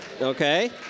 Okay